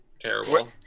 terrible